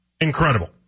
incredible